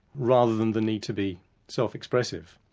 rather than the need to be self-expressive,